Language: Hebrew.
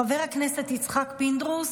חבר הכנסת יצחק פינדרוס,